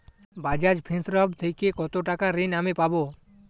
বাজাজ ফিন্সেরভ থেকে কতো টাকা ঋণ আমি পাবো?